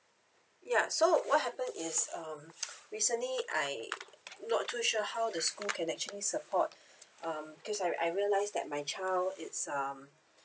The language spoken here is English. ya so what happen is um recently I not too sure how the school can actually support um cause I I realise that my child is um